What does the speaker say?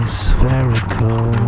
spherical